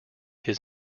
his